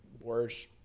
worse